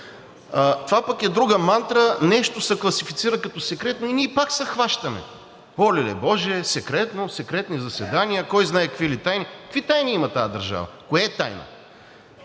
Това пък е друга мантра, нещо се класифицира като секретно и ние пак се хващаме – олеле боже, секретно, секретни заседания, кой знае какви ли тайни. Какви тайни има тази държава? Кое е тайна?